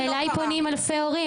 אליי פונים אלפי הורים,